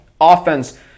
offense